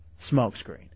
Smokescreen